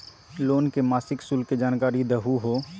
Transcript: Loan के मासिक शुल्क के जानकारी दहु हो?